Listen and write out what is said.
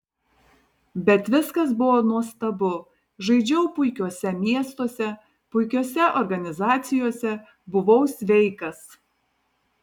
bet viskas buvo nuostabu žaidžiau puikiuose miestuose puikiose organizacijose buvau sveikas